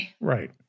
Right